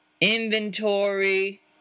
inventory